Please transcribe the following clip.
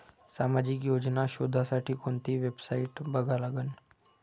सामाजिक योजना शोधासाठी कोंती वेबसाईट बघा लागन?